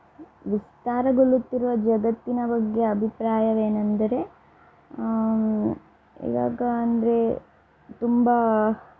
ವಿಸ್ತಾರಗೊಳ್ಳುತ್ತಿರುವ ಜಗತ್ತಿನ ಬಗ್ಗೆ ಅಭಿಪ್ರಾಯವೇನೆಂದರೆ ಇವಾಗ ಅಂದರೆ ತುಂಬ